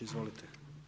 Izvolite.